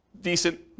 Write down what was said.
decent